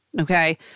Okay